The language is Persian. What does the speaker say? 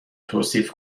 توصیف